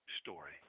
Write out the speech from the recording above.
story